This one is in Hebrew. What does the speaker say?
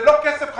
זה לא כסף חדש,